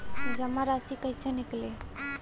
जमा राशि कइसे निकली?